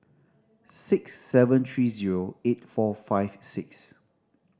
six seven three zero eight four five six